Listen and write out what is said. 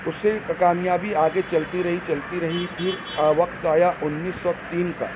اس سے کامیابی آگے چلی رہی چلتی رہی پھر وقت آیا انیس سو تین کا